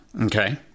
Okay